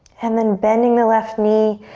and then bending the left knee,